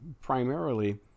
primarily